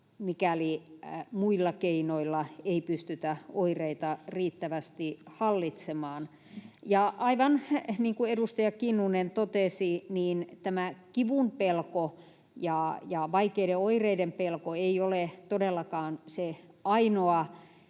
mikäli muilla keinoilla ei pystytä hallitsemaan oireita riittävästi. Ja aivan niin kuin edustaja Kinnunen totesi, tämä kivun pelko ja vaikeiden oireiden pelko ei ole todellakaan se ainoa,